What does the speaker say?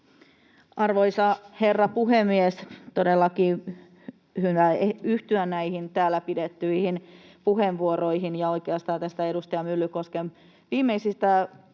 Arvoisa herra puhemies! Todellakin hyvä yhtyä näihin täällä pidettyihin puheenvuoroihin, ja oikeastaan näistä edustaja Myllykosken viimeisistä sanoista